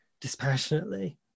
dispassionately